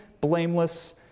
blameless